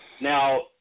Now